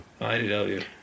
IDW